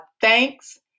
thanks